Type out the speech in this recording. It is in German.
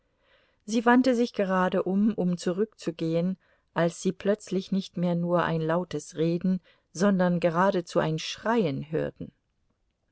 sie wandten sich gerade um um zurückzugehen als sie plötzlich nicht mehr nur ein lautes reden sondern geradezu ein schreien hörten